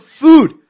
food